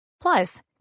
Plus